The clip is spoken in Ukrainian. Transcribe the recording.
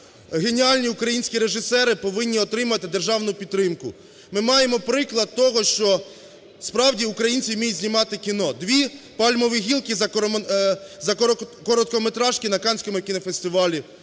Геніальні українські режисери повинні отримати державну підтримку. Ми маємо приклад того, що справді українці вміють знімати кіно. Дві "пальмові гілки" за короткометражки на Каннському кінофестивалі.